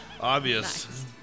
Obvious